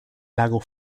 lago